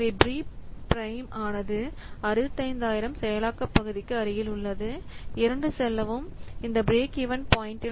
B prime ஆனது சுமார் 65000 செயலாக்க பகுதிக்கு அருகில் உள்ளது இரண்டு செலவும் இந்த பிரேக் ஈவன் பாயிண்டில் breakeven point